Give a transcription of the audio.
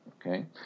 okay